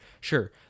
Sure